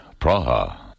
Praha